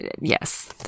yes